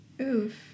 Oof